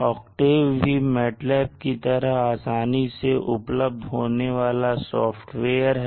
octave भी MATLAB की तरह आसानी से उपलब्ध होने वाला सॉफ्टवेयर है